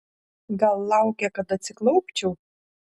gal laukia kad atsiklaupčiau